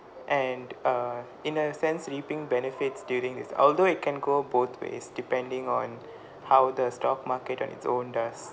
and uh in a sense reaping benefits during this although it can go both ways depending on how the stock market on its own does